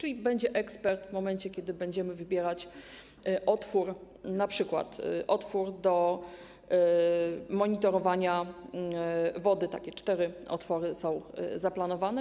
A więc będzie ekspert w momencie, kiedy będziemy wybierać otwór, np. otwór do monitorowania wody - cztery takie otwory są zaplanowane.